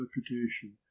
reputation